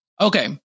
Okay